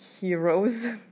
heroes